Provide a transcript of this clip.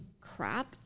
crap